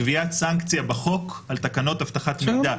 - קביעת סנקציה בחוק על תקנות אבטחת מידע.